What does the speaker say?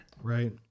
Right